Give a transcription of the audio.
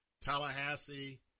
Tallahassee